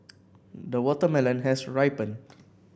the watermelon has ripened